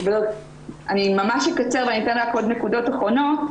אני ממש אקצר ואציין עוד נקודות אחרונות.